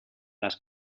las